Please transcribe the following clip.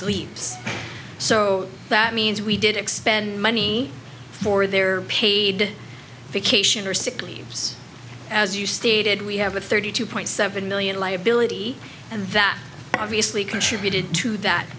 leaps so that means we did expend money for their paid vacation or sick leaves as you stated we have a thirty two point seven million liability and that obviously contributed to that